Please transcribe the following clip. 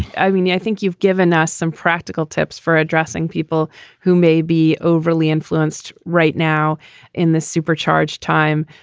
i mean, you yeah think you've given us some practical tips for addressing people who may be overly influenced right now in this supercharged time.